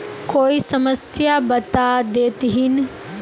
कोई समस्या बता देतहिन?